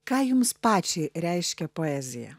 ką jums pačiai reiškia poezija